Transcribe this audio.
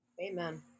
Amen